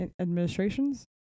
administrations